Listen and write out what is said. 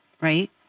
right